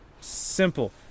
simple